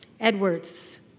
Edwards